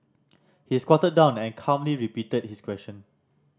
he squatted down and calmly repeated his question